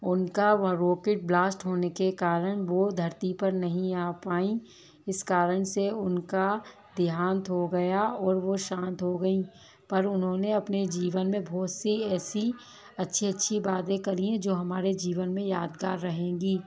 उनका वह rocket blast होने के कारण वो धरती पर नहीं आ पाईं इस कारण से उनका देहांत हो गया और वे शांत हो गईं पर उन्होंने अपने जीवन में बहुत सी ऐसी अच्छी अच्छी बातें करी हैं जो हमारे जीवन में यादगार रहेंगी